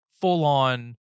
full-on